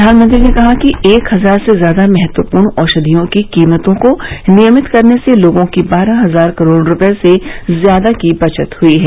प्रधानमंत्री ने कहा कि एक हजार से ज्यादा महत्वपूर्ण औषधियों की कीमतों को नियमित करने से लोगों की बारह हजार करोड़ रुपये से ज्यादा की बचत हुई है